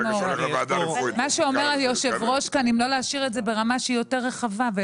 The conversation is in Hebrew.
היושב ראש אומר אם לא להשאיר את זה ברמה שהיא יותר רחבה.